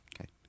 Okay